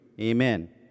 Amen